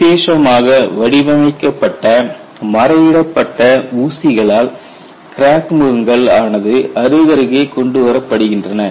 விசேஷமாக வடிவமைக்கப்பட்ட மரையிடப்பட்ட ஊசிகளால் கிராக் முகங்கள் ஆனது அருகருகே கொண்டு வரப்படுகின்றன